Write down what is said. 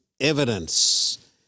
evidence